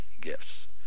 gifts